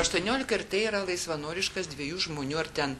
aštuoniolika ir tai yra laisvanoriškas dviejų žmonių ar ten